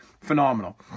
Phenomenal